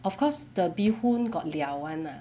of course the bee hoon got 料 [one] lah